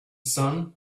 sun